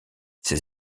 ces